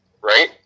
Right